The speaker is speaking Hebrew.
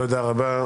תודה רבה.